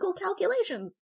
calculations